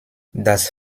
das